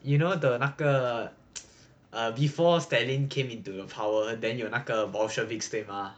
you know the 那个 before stalin came into power then 有那个 bolshevik 对吗